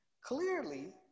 Clearly